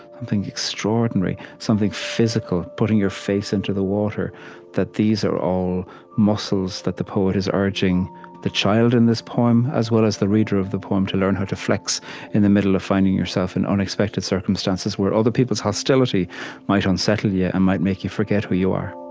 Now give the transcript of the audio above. something extraordinary, something physical, putting your face into the water that these are all muscles that the poet is urging the child in this poem, as well as the reader of the poem, to learn how to flex in the middle of finding yourself in unexpected circumstances where other people's hostility might unsettle you yeah and might make you forget who you are